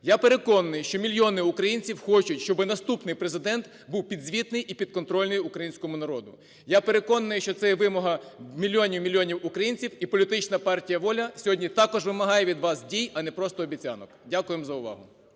Я переконаний, що мільйони українців хочуть, щоби наступний Президент був підзвітний і підконтрольний українському народу. Я переконаний, що це є вимога мільйонів і мільйонів українців і політична партія "Воля" сьогодні також вимагає від вас дій, а не просто обіцянок. Дякуємо за увагу.